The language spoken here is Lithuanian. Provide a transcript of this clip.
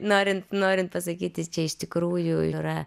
norint norint pasakyti čia iš tikrųjų yra